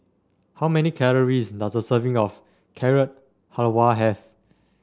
how many calories does a serving of Carrot Halwa have